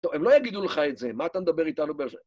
טוב, הם לא יגידו לך את זה, מה אתה נדבר איתנו ב-זה?